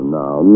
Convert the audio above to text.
now